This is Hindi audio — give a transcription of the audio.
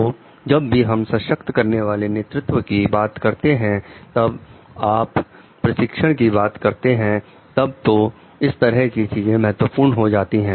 तो जब भी हम सशक्त करने वाले नेतृत्व की बात करते हैं जब आप प्रशिक्षण की बात करते हैं तब तो इस तरह की चीजें महत्वपूर्ण हो जाती हैं